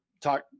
talk